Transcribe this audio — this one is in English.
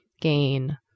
gain